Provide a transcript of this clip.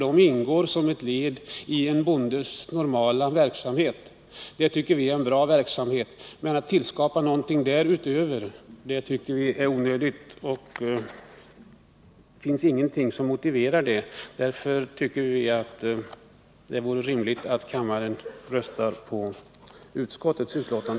De ingår som ett led i en bondes normala verksamhet, och det tycker vi ären bra verksamhet. Att tillskapa någonting därutöver finns det enligt vår mening inget motiv för. Därför är det rimligt att kammarens ledamöter röstar på utskottets förslag.